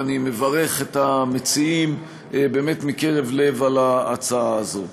ואני מברך את המציעים באמת מקרב לב על ההצעה הזאת.